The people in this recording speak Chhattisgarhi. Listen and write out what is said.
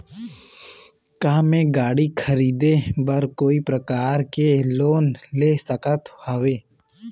का मैं गाड़ी खरीदे बर कोई प्रकार के लोन ले सकत हावे?